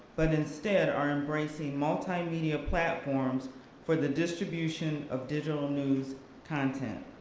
but instead are embracing multimedia platforms for the distribution of digital news content.